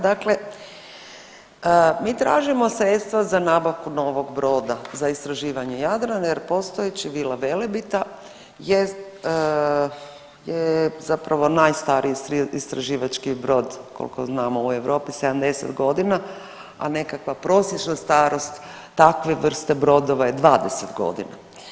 Dakle, mi tražimo sredstva za nabavku novog broda za istraživanje Jadrana jer postojeći Vila Velebita je zapravo najstariji istraživački brod koliko znamo u Europi 70 godina, a nekakva prosječna starost takve vrste brodova je 20 godina.